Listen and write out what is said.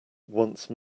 once